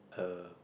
uh